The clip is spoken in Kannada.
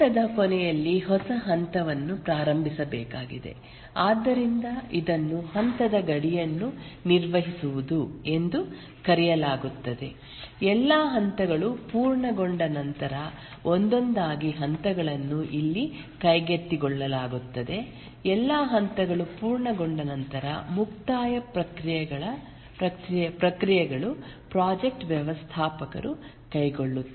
ಹಂತದ ಕೊನೆಯಲ್ಲಿ ಹೊಸ ಹಂತವನ್ನು ಪ್ರಾರಂಭಿಸಬೇಕಾಗಿದೆ ಆದ್ದರಿಂದ ಇದನ್ನು ಹಂತದ ಗಡಿಯನ್ನು ನಿರ್ವಹಿಸುವುದು ಎಂದು ಕರೆಯಲಾಗುತ್ತದೆ ಎಲ್ಲಾ ಹಂತಗಳು ಪೂರ್ಣಗೊಂಡ ನಂತರ ಒಂದೊಂದಾಗಿ ಹಂತಗಳನ್ನು ಇಲ್ಲಿ ಕೈಗೆತ್ತಿಕೊಳ್ಳಲಾಗುತ್ತದೆ ಎಲ್ಲಾ ಹಂತಗಳು ಪೂರ್ಣಗೊಂಡ ನಂತರ ಮುಕ್ತಾಯ ಪ್ರಕ್ರಿಯೆಗಳು ಪ್ರಾಜೆಕ್ಟ ವ್ಯವಸ್ಥಾಪಕರು ಕೈಗೊಳ್ಳುತ್ತಾರೆ